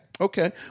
okay